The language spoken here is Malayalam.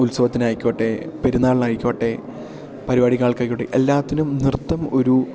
ഉത്സവത്തിനായിക്കോട്ടെ പെരുന്നാളിനായിക്കോട്ടെ പരിപാടികാൾക്കായിക്കോട്ടെ എല്ലാത്തിനും നൃത്തം ഒരു